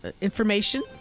information